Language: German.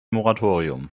moratorium